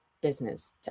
business